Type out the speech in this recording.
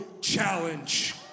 challenge